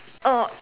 oh